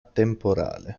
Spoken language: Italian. temporale